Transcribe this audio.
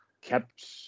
kept